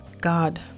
God